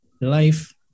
Life